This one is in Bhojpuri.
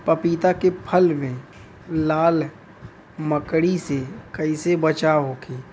पपीता के फल के लाल मकड़ी से कइसे बचाव होखि?